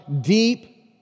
deep